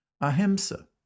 Ahimsa